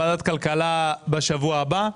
ועדת כלכלה בשבוע הבא.